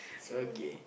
okay